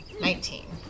Nineteen